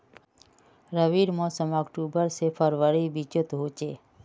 रविर मोसम अक्टूबर से फरवरीर बिचोत होचे